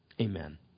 Amen